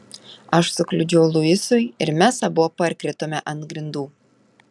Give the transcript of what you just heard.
aš sukliudžiau luisui ir mes abu parkritome ant grindų